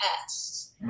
tests